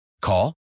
Call